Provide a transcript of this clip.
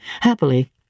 Happily